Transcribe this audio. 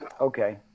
Okay